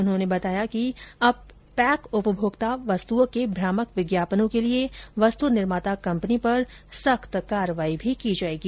उन्होंने बताया कि अब पैक उपभोक्ता वस्तुओं के भ्रामक विज्ञापनों के लिए वस्तु निर्माता कंपनी पर सख्त कार्रवाई की जायेगी